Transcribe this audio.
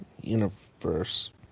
Universe